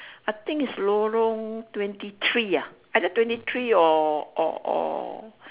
I think is lorong twenty three ah either twenty three or or or